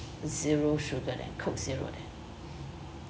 zero sugar then coke zero then